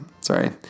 sorry